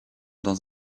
dans